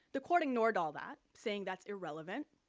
the court ignored all that, saying that's irrelevant,